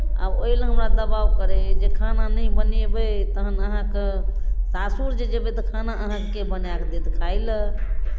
आब ओहि लेल हमरा दबाव पड़य जे खाना नहि बनयबै तखन अहाँकेँ सासुर जे जयबै तऽ खाना अहाँकेँ के बना कऽ देत खाय लेल